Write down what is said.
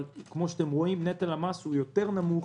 אבל כמו שאתם רואים נטל המס הוא יותר נמוך